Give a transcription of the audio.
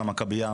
זה המכביה,